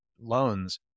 loans